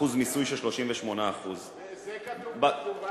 אחוז מיסוי של 38%. זה כתוב בתגובה שלו?